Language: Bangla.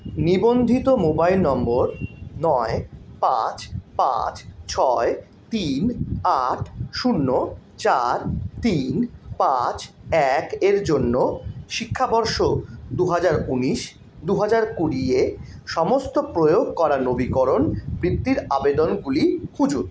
নিবন্ধিত মোবাইল নম্বর নয় পাঁচ পাঁচ ছয় তিন আট শূন্য চার তিন পাঁচ এক এর জন্য শিক্ষাবর্ষ দু হাজার উনিশ দু হাজার কুড়ি এ সমস্ত প্রয়োগ করা নবীকরণ বৃত্তির আবেদনগুলি খুঁজুন